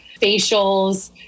facials